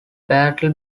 battle